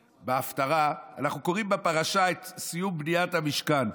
בהפטרה, אנחנו קוראים בפרשה את סיום בניית המשכן,